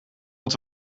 wat